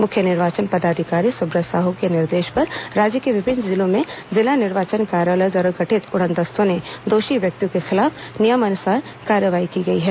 मुख्य निर्वाचन पदाधिकारी सुब्रत साहू के निर्देश पर राज्य के विभिन्न जिलों में जिला निर्वाचन कार्यालयों द्वारा गठित उडनदस्तों ने दोषी व्यक्तियों के खिलाफ नियमानुसार कार्रवाई की गई है